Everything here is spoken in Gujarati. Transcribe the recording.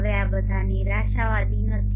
હવે આ બધા નિરાશાવાદી નથી